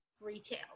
retail